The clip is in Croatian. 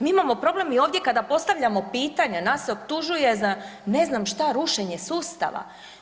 Mi imamo i problem ovdje kada postavljamo pitanja nas se optužuje za ne znam šta, rušenje sustava.